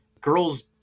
girls